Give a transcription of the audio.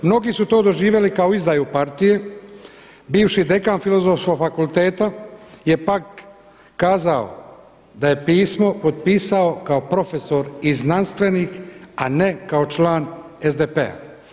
Mnogi su to doživjeli kao izdaju partije, bivši dekan Filozofskog fakulteta je pak kazao da je pismo potpisao kao profesor i znanstvenik a ne kao član SDP-a.